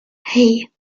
hey